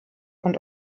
und